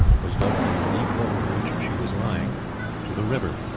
was dug from the deep hole in which she was lying to the river.